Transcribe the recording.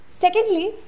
Secondly